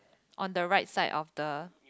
on the right side of the